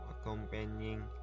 accompanying